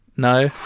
No